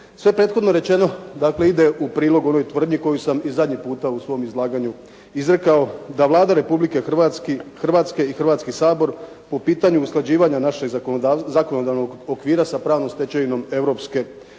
Sve prethodno rečeno, dakle, ide u prilog onoj tvrdnji koju sam i zadnji puta u svojem izlaganju izrekao da Vlada Republike Hrvatske i Hrvatski sabor po pitanju usklađivanja našeg zakonodavnog okvira sa pravnom stečevinom Europske unije